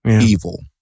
evil